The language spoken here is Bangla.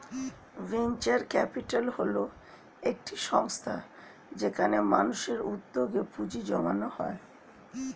ভেঞ্চার ক্যাপিটাল হল একটি সংস্থা যেখানে মানুষের উদ্যোগে পুঁজি জমানো হয়